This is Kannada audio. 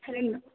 ಹಲೋ ಹೇಳಿ